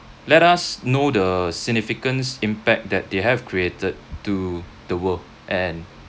let us know the significance impact that they have created to the world and